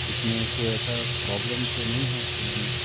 اس میں کوئی ایسا پرابلم تو نہیں ہے پینے میں